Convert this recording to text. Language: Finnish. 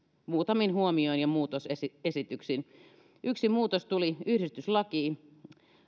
muutamin huomioin ja muutosesityksin yksi muutos tuli yhdistyslakiin